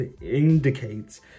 indicates